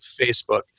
Facebook